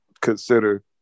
consider